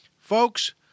folks